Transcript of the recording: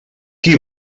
qui